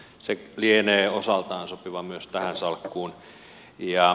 se lienee osaltaan sopiva myös tähän salkkuun